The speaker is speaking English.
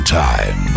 time